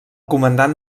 comandat